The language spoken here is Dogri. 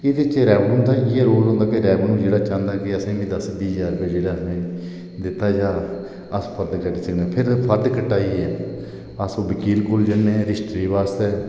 ते एह्दे च रेवन्यू दा इयै रोल होंदा कि रेवन्यू जेह्ड़ा इयै चांह्दा कि असें बी दस्स बीह् ज्हार जेह्ड़ा असें ई दित्ता जा ते अस फर्द कटचै ते फिर ओह् फर्द कटाइयै अस ओह् वकील कोल जन्ने रजिस्टरी आस्तै